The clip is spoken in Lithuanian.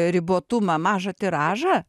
ribotumą mažą tiražą